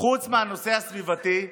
חוץ מהנושא הסביבתי,